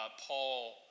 Paul